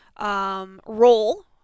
role